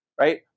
right